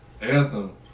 Anthem